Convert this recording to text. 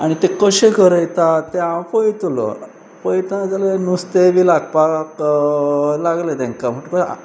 आनी ते कशें गरयतात ते हांव पळयतलो पळयता जाल्यार नुस्तें बी लागपाक लागलें तांकां म्हणटकूच